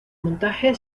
montaje